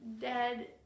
dead